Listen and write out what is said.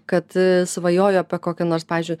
kad svajoju apie kokią nors pavyzdžiui